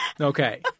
Okay